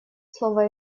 слово